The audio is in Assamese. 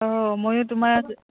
অঁ ময়ো তোমাৰ